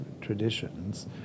traditions